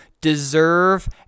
deserve